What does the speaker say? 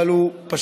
אבל הוא פשוט.